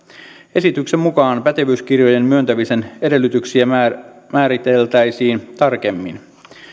esityksen mukaan pätevyyskirjojen myöntämisen edellytyksiä määriteltäisiin tarkemmin